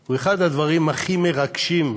הוא אחד הדברים הכי מרגשים,